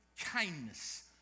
kindness